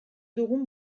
dugun